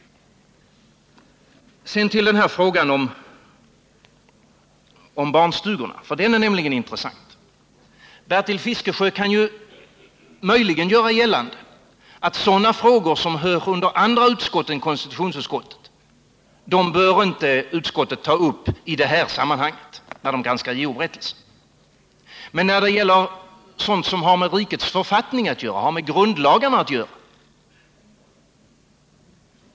Sedan till frågan om barnstugorna. Den är nämligen intressant. Bertil Fiskesjö kan möjligen göra gällande att konstitutionsutskottet inte i det här sammanhanget, vid granskningen av JO-berättelsen, bör ta upp sådana frågor som sorterar under andra utskott än konstitutionsutskottet.